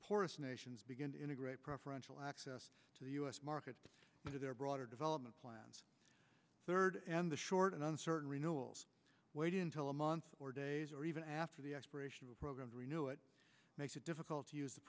poorest nations begin to integrate preferential access to the u s market to their broader development plans third and the short and uncertain renewal waiting until a month or days or even after the expiration of a program to renew it makes it difficult to use the